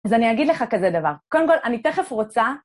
אז אני אגיד לך כזה דבר. קודם כל, אני תכף רוצה...